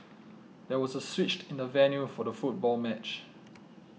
there was a switch in the venue for the football match